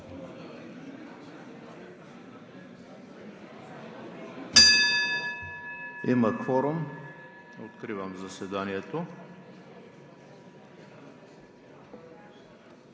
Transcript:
Има кворум. Откривам заседанието.